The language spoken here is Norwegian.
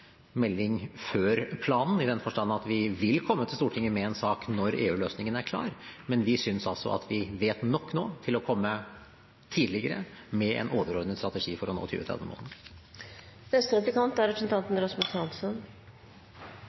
melding før planen, i den forstand at vi vil komme til Stortinget med en sak når EU-løsningen er klar. Vi synes altså at vi vet nok nå til å komme tidligere med en overordnet strategi for å nå